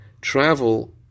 travel